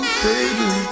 baby